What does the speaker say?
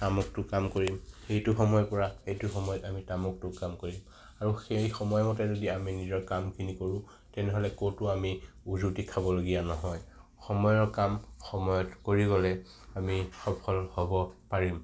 আমুকটো কাম কৰিম সেইটো সময়ৰপৰা এইটো সময়লৈ আমি তামুকটো কাম কৰিম আৰু সেই সময়মতে আমি নিজৰ কামখিনি কৰো তেনেহ'লে ক'তো আমি উজুটি খাবলগীয়া নহয় সময়ৰ কাম সময়ত কৰি গ'লে আমি সফল হ'ব পাৰিম